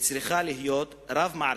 צריכה להיות רב-מערכתית,